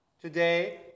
today